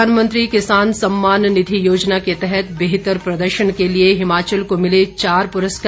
प्रधानमंत्री किसान सम्मान निधि योजना के तहत बेहतर प्रदर्शन के लिए हिमाचल को मिले चार पुरस्कार